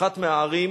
אחת מהערים